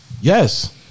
yes